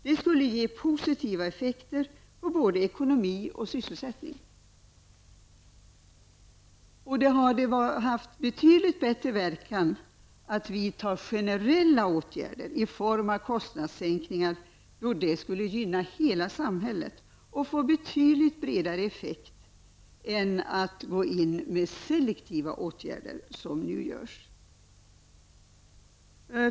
Det skulle ge positiva effekter på både ekonomi och sysselsättning. Det skulle få betydligt bättre verkan om vi vidtog generella åtgärder i form av kostnadssänkningar. Det skulle gynna hela samhället och få betydligt bredare effekt än om man går in med selektiva åtgärder som nu görs.